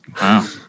Wow